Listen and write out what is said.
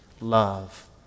love